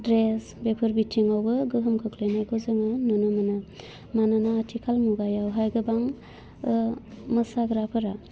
dress बेफोर बिथिङावबो गोहोम खोख्लैनायखौ जोङो नुनो मोनो मानोना आथिखाल मुगायावहाय गोबां मोसाग्राफोरा